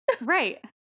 Right